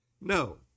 No